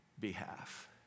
behalf